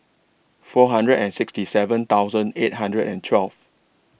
four hundred and sixty seven thousand eight hundred and twelve